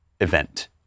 event